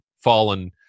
fallen